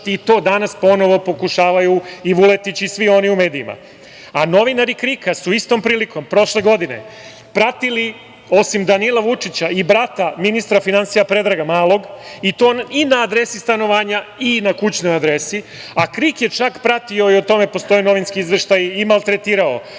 i to danas ponovo pokušavaju i Vuletić i svi oni u medijima.A, novinari KRIK-a su istom prilikom, prošle godine, pratili, osim Danila Vučića i brata ministra finansija Predraga Malog i to na adresi stanovanja i na kućnoj adresi, a KRIK je čak pratio i o tome postoje novinski izveštaji, i maltretirao